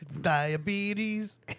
Diabetes